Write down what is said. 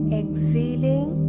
exhaling